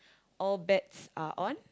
all bets are on